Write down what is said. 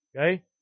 Okay